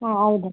ಹಾಂ ಹೌದು